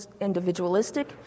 individualistic